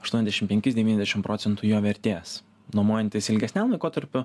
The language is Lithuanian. aštuoniasdešim penkis devyniasdešim procentų jo vertės nuomojantis ilgesniam laikotarpiu